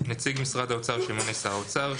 נציג משרד האוצר שימנה שר האוצר.